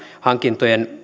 hankintojen